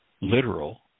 Literal